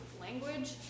language